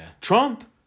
Trump